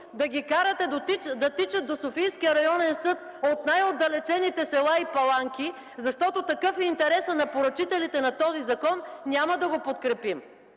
да ги карате да тичат до Софийския районен съд от най-отдалечените села и паланки, защото такъв е интересът на поръчителите на този закон, няма да го подкрепим.